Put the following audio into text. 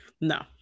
no